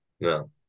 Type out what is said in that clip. no